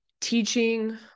teaching